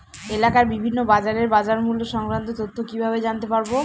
এলাকার বিভিন্ন বাজারের বাজারমূল্য সংক্রান্ত তথ্য কিভাবে জানতে পারব?